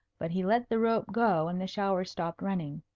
but he let the rope go, and the shower stopped running.